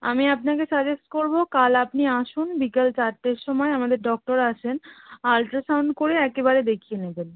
আমি আপনাকে সাজেস্ট করবো কাল আপনি আসুন বিকাল চারটের সময় আমাদের ডক্টর আসেন আলট্রাসাউন্ড করে একেবারে দেখিয়ে নেবেন